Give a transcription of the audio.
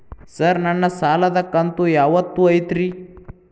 Sir ನನ್ನ ಸಾಲದ ಕಂತು ಯಾವತ್ತೂ ಐತ್ರಿ?